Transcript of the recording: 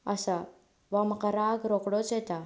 आसा वा म्हाका राग रोखडोच येता